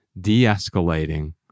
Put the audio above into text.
de-escalating